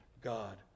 God